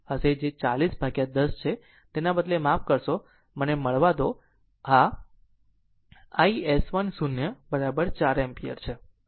તેથી તે 404 હશે જે 4010 છે તેના બદલે માફ કરશો મને મળવા દો આ આ iS10 4 એમ્પીયર છે